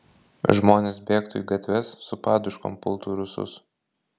žmonės bėgtų į gatves su paduškom pultų rusus